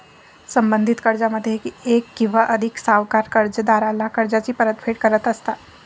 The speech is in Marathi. संबंधित कर्जामध्ये एक किंवा अधिक सावकार कर्जदाराला कर्जाची परतफेड करत असतात